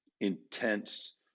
intense